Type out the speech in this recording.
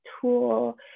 tool